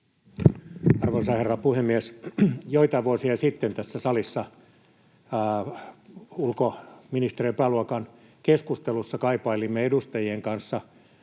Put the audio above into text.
Arvoisa herra puhemies! Joitain vuosia sitten tässä salissa ulkoministeriön pääluokan keskustelussa kaipailimme edustajien kanssa